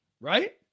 right